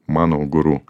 mano guru